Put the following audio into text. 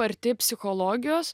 arti psichologijos